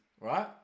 right